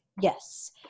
Yes